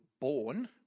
born